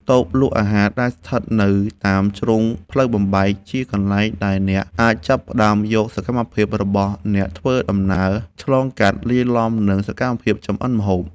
តូបលក់អាហារដែលស្ថិតនៅតាមជ្រុងផ្លូវបំបែក ជាកន្លែងដែលអ្នកអាចចាប់យកសកម្មភាពរបស់អ្នកធ្វើដំណើរឆ្លងកាត់ លាយឡំនឹងសកម្មភាពចម្អិនម្ហូប។